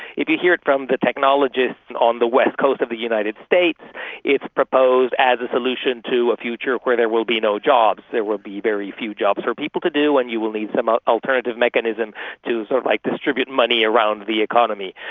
if you hear it from the technologists on the west coast of the united states it's proposed as a solution to a future where there will be no jobs, there will be very few jobs for people to do and you will need some ah alternative mechanism to sort of like distribute money around the economy.